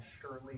surely